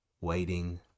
waiting